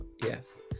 Yes